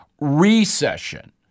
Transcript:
recession